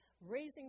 raising